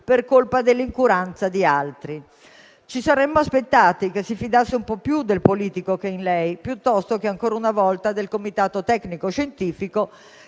per colpa dell'incuranza di altri. Ci saremmo aspettati che si fidasse un po' più del politico che è in lei piuttosto che, ancora una volta, del comitato tecnico-scientifico,